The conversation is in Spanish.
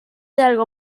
largo